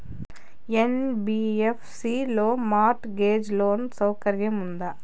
NBFC లో mortgage loan సౌకర్యం ఉందా?